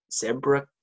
zebra